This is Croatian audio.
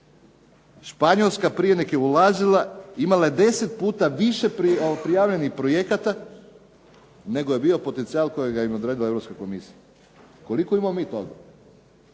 Španjolska prije nego je ulazila imala je 10 puta više prijavljenih projekata nego je bio potencijal kojeg im je odredila Europska komisija. Koliko imamo mi toga?